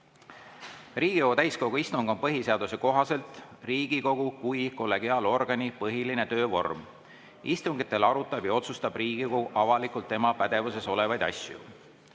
täiskogu istung on põhiseaduse kohaselt Riigikogu kui kollegiaalorgani põhiline töövorm. Istungitel arutab ja otsustab Riigikogu avalikult tema pädevuses olevaid asju.